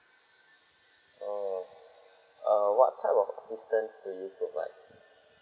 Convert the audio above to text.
oh uh what type of assistance do you provide